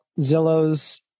Zillow's